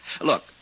Look